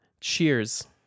Cheers